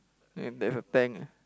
then there's a tank ah